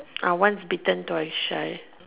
once bitten twice shy